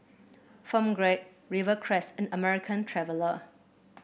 Film Grade Rivercrest and American Traveller